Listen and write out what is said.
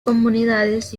comunidades